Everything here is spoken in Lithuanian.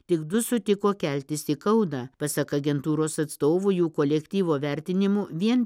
tik du sutiko keltis į kauną pasak agentūros atstovų jų kolektyvo vertinimu vien